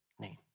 name